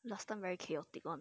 last time very chaotic [one]